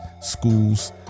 schools